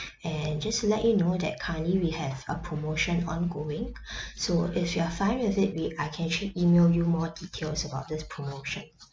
and just to let you know that currently we have a promotion ongoing so if you are fine with it we I can actually email you more details about this promotion